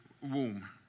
womb